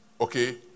okay